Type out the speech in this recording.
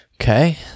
Okay